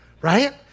right